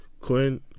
Quinn